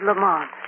Lamont